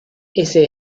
ése